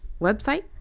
website